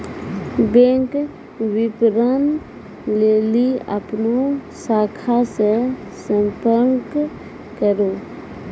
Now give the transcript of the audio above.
bank विबरण लेली अपनो शाखा से संपर्क करो